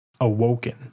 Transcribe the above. awoken